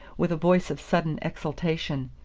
with a voice of sudden exultation.